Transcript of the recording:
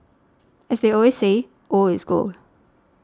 as they always say old is gold